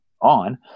on